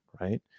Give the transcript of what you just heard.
right